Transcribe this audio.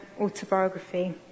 autobiography